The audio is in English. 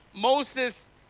Moses